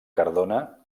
cardona